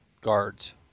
guards